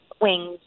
wings